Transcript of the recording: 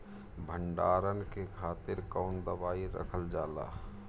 भंडारन के खातीर कौन दवाई रखल जाला?